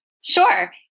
Sure